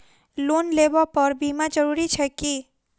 Loan लेबऽ पर बीमा जरूरी छैक की?